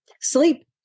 sleep